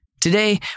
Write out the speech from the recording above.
Today